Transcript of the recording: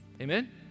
Amen